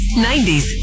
90s